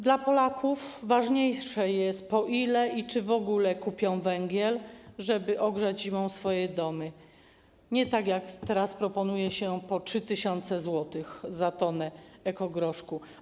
Dla Polaków ważniejsze jest, po ile i czy w ogóle kupią węgiel, żeby ogrzać zimą swoje domy, żeby nie było tak jak teraz, że proponuje się 3 tys. zł za tonę ekogroszku.